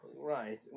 right